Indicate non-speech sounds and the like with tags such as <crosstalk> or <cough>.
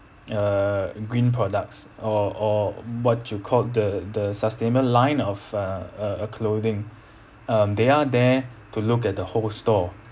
err green products or or what you called the the sustainable line of uh uh uh clothing <breath> um they are there to look at the whole store